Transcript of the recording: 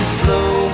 slow